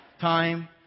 time